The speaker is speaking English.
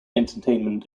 entertainment